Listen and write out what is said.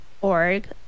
org